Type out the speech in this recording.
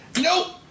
Nope